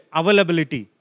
availability